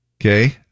Okay